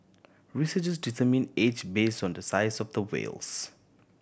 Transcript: researchers determine age based on the size of the whales